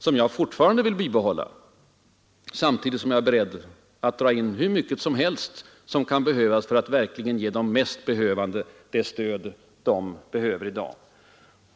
Detta vill jag slå vakt om, samtidigt som jag är beredd att dra in allt som erfordras för att ge de mest behövande det stöd de har behov av i dag.